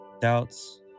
doubts